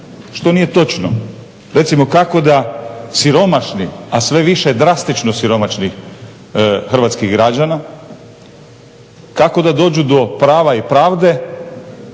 što nije točno. Recimo kako da siromašni, a sve više drastično siromašni hrvatskih građana, kako da dođu do prava i pravde